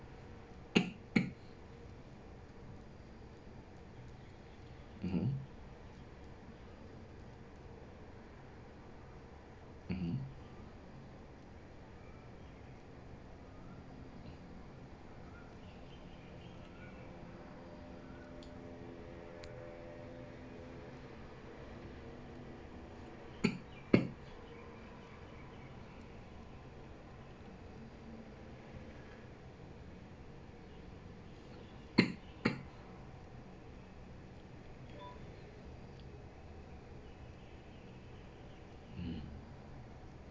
(uh huh) (uh huh) mm